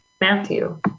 Matthew